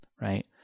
right